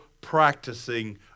practicing